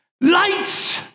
Lights